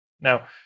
Now